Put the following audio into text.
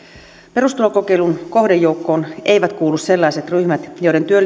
perustulokokeilun kohdejoukkoon eivät kuulu sellaiset ryhmät joiden työllisyystilanteen